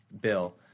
Bill